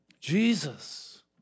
Jesus